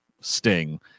Sting